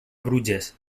bruges